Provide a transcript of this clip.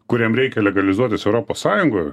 kuriem reikia legalizuotis europos sąjungoje